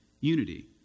unity